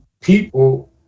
people